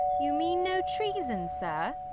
you mean no treason, sir?